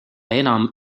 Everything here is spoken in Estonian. enam